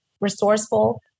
resourceful